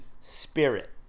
spirit